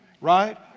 right